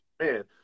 Man